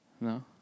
No